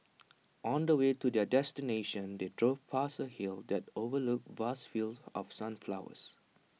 on the way to their destination they drove past A hill that overlooked vast fields of sunflowers